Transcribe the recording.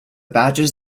badges